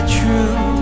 true